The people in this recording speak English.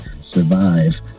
survive